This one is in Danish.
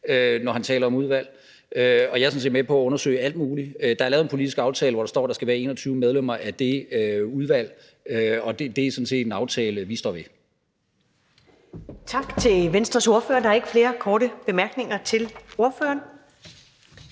når han taler om udvalg. Og jeg er sådan set med på at undersøge alt muligt. Der er lavet en politisk aftale, hvor der står, at der skal være 21 medlemmer af det udvalg, og det er sådan set en aftale, vi står ved. Kl. 20:08 Første næstformand (Karen Ellemann): Tak til Venstres ordfører. Der er ikke flere korte bemærkninger til ordføreren.